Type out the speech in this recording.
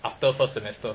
after first semester